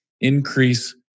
increase